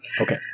Okay